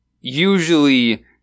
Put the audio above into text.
usually